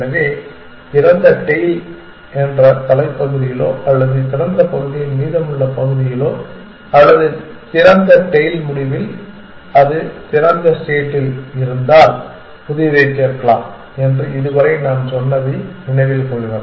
எனவே திறந்த டெயில் என்ற தலைப்பகுதியிலோ அல்லது திறந்த பகுதியின் மீதமுள்ள பகுதியிலோ அல்லது திறந்த டெயில் முடிவில் அது திறந்த ஸ்டேட்டில் இருந்தால் புதியதைச் சேர்க்கலாம் என்று இதுவரை நாம் சொன்னதை நினைவில் கொள்க